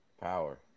power